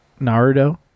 naruto